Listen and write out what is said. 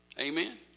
Amen